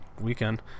weekend